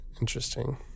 Interesting